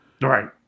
Right